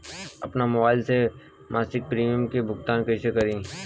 आपन मोबाइल से मसिक प्रिमियम के भुगतान कइसे करि?